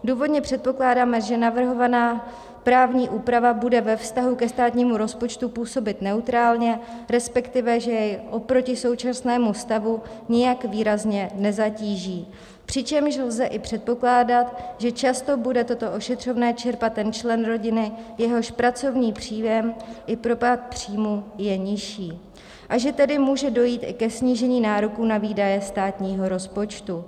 Důvodně předpokládáme, že navrhovaná právní úprava bude ve vztahu ke státnímu rozpočtu působit neutrálně, respektive že jej oproti současnému stavu nijak výrazně nezatíží, přičemž lze i předpokládat, že často bude toto ošetřovné čerpat ten člen rodiny, jehož pracovní příjem i propad příjmů je nižší, a že tedy může dojít i ke snížení nároku na výdaje státního rozpočtu.